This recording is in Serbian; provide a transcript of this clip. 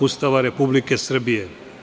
Ustava Republike Srbije.